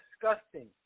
disgusting